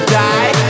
die